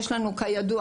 כידוע,